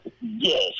Yes